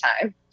time